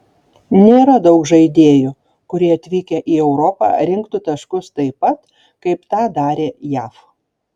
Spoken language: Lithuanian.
nėra daug žaidėjų kurie atvykę į europą rinktų taškus taip pat kaip tą darė jav